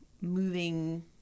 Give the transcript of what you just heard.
moving